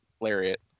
lariat